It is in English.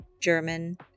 German